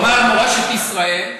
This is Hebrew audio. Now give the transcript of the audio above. הוא אמר "מורשת ישראל".